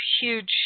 Huge